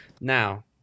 Now